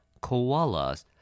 Koalas